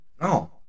No